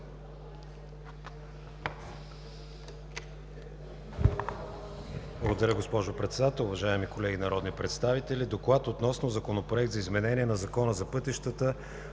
Благодаря Ви, госпожо Председател. Уважаеми колеги народни представители! „ДОКЛАД относно Законопроект за изменение на Закона за пътищата,